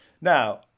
Now